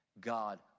God